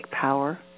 power